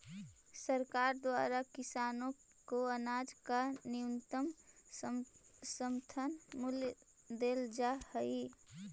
सरकार द्वारा किसानों को अनाज का न्यूनतम समर्थन मूल्य देल जा हई है